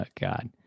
God